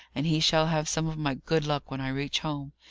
and he shall have some of my good luck when i reach home.